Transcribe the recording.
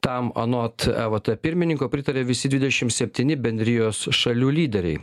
tam anot evt pirmininko pritarė visi dvidešim septyni bendrijos šalių lyderiai